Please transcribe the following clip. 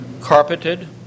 Carpeted